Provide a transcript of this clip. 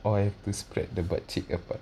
or do I have to spread the butt cheeks apart